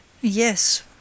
Yes